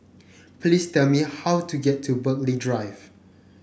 please tell me how to get to Burghley Drive